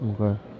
Okay